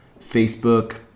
Facebook